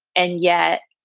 and yet,